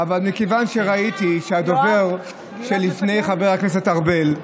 אבל מכיוון שראיתי שהדובר שלפני חבר הכנסת ארבל,